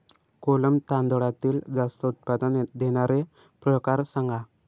कोलम तांदळातील जास्त उत्पादन देणारे प्रकार सांगा